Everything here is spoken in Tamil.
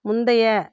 முந்தைய